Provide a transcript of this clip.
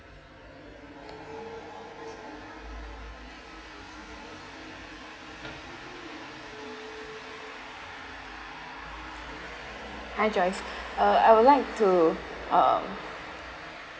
hi joyce uh I would like to uh